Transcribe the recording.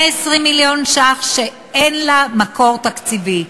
120 מיליון ש"ח שאין להם מקור תקציבי,